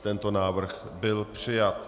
Tento návrh byl přijat.